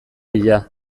bila